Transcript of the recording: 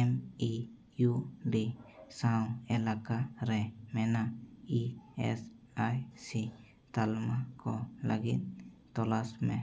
ᱮᱢ ᱤ ᱤᱭᱩ ᱰᱤ ᱥᱟᱶ ᱮᱞᱟᱠᱟ ᱨᱮ ᱢᱮᱱᱟᱜ ᱤ ᱮᱥ ᱟᱭ ᱥᱤ ᱛᱟᱞᱢᱟ ᱠᱚ ᱞᱟᱹᱜᱤᱫ ᱛᱚᱞᱟᱥ ᱢᱮ